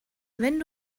wenn